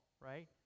right